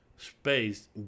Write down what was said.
Space